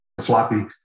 floppy